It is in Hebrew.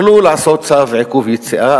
היו יכולים לעשות צו עיכוב יציאה,